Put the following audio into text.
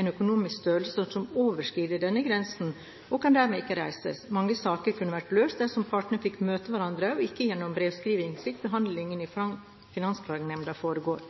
en økonomisk størrelse som overskrider denne grensen, og kan dermed ikke reises. Mange saker kunne vært løst dersom partene fikk møte hverandre – og ikke ved brevskriving, slik behandlingen i Finansklagenemnda foregår.